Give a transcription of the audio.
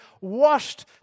washed